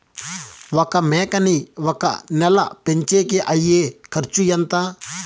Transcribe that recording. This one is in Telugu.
ఒక మేకని ఒక నెల పెంచేకి అయ్యే ఖర్చు ఎంత?